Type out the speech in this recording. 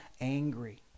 angry